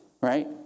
right